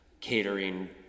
catering